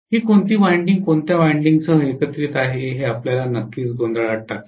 हे कोणती वायडिंग कोणत्या वायडिंगसह एकत्रित आहे हे आपल्याला नक्कीच गोंधळात टाकेल